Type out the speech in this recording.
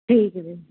ਠੀਕ ਵੀਰ ਜੀ